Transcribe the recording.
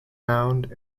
found